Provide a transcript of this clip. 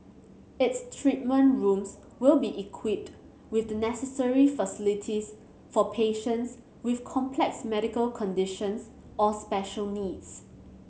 its treatment rooms will be equipped with the necessary facilities for patients with complex medical conditions or special needs